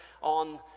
on